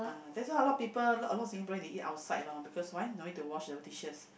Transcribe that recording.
that's why a lot people a lot of Singaporean they eat outside lor because why no need to wash our dishes